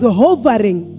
hovering